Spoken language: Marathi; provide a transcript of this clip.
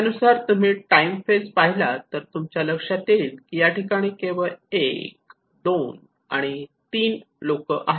त्यानुसार तुम्ही टाइम फेज पाहिला तर तुमच्या लक्षात येईल की या ठिकाणी केवळ 12 आणि 3 लोक आहेत